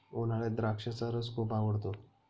उन्हाळ्यात द्राक्षाचा रस खूप आवडतो